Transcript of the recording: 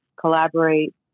collaborate